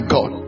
God